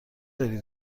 بری